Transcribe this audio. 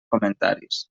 comentaris